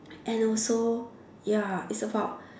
and also ya it's about